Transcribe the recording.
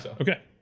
Okay